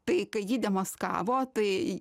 tai kai jį demaskavo tai